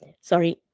Sorry